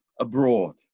abroad